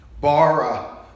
Bara